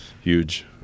Huge